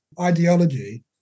ideology